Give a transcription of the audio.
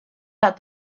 that